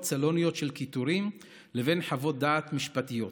סלוניות של קיטורים לבין חוות דעת משפטיות.